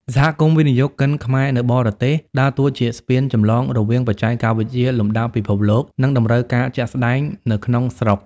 សហគមន៍វិនិយោគិនខ្មែរនៅបរទេស ដើរតួជាស្ពានចម្លងរវាងបច្ចេកវិទ្យាលំដាប់ពិភពលោក និងតម្រូវការជាក់ស្ដែងនៅក្នុងស្រុក។